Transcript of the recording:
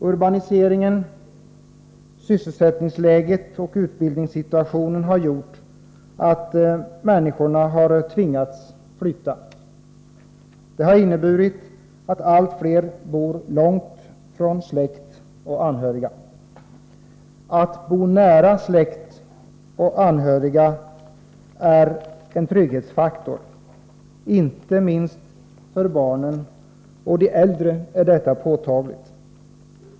Urbaniseringen, sysselsättningsläget och utbildningssituationen har gjort att människorna har tvingats flytta. Det har inneburit att allt fler bor långt från släkt och anhöriga. Att bo nära släkt och anhöriga är en trygghetsfaktor. Inte minst för barnen och de äldre är detta påtagligt.